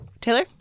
Taylor